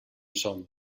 som